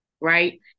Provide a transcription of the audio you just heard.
right